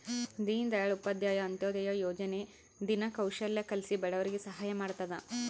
ದೀನ್ ದಯಾಳ್ ಉಪಾಧ್ಯಾಯ ಅಂತ್ಯೋದಯ ಯೋಜನೆ ದಿನ ಕೌಶಲ್ಯ ಕಲ್ಸಿ ಬಡವರಿಗೆ ಸಹಾಯ ಮಾಡ್ತದ